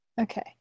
Okay